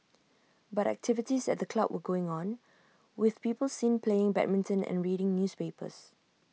but activities at the club were going on with people seen playing badminton and reading newspapers